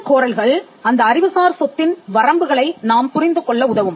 இந்தக் கோரல்கள் அந்த அறிவுசார் சொத்தின் வரம்புகளை நாம் புரிந்து கொள்ள உதவும்